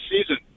season